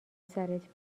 سرت